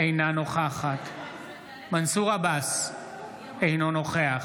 אינה נוכחת מנסור עבאס - אינו נוכח